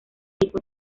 tipos